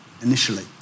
initially